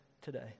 today